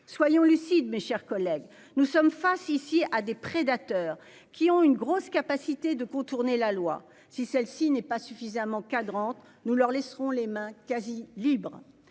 Soyons lucides, mes chers collègues, nous sommes face ici à des prédateurs qui ont une grosse capacité de contourner la loi si celle-ci n'est pas suffisamment encadrante nous leur laisserons les mains quasi libre